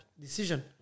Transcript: decision